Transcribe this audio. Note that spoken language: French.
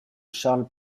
charles